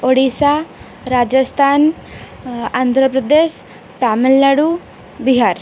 Odisha Rajasthan Andhra Pradesh Tamil Nadu Bihar